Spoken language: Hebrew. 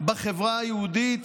בחברה היהודית